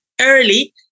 early